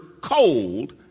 cold